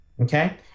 Okay